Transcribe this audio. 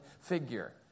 figure